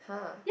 !huh!